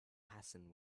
hasten